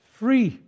free